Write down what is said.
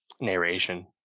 narration